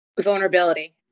Vulnerability